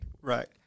Right